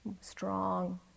strong